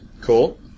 Cool